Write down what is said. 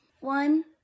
one